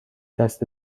دست